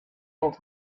old